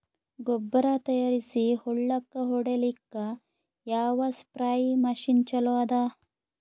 ಗೊಬ್ಬರ ತಯಾರಿಸಿ ಹೊಳ್ಳಕ ಹೊಡೇಲ್ಲಿಕ ಯಾವ ಸ್ಪ್ರಯ್ ಮಷಿನ್ ಚಲೋ ಅದ?